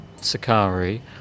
Sakari